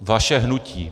Vaše hnutí.